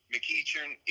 McEachern